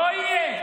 לא יהיה.